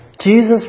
Jesus